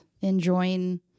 enjoying